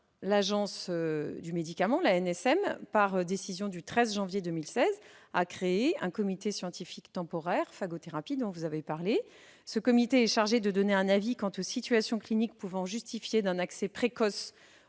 Néanmoins, l'ANSM, par décision du 13 janvier 2016, a créé le comité scientifique temporaire Phagothérapie, dont vous avez parlé. Ce comité est chargé de donner un avis quant aux situations cliniques pouvant justifier un accès précoce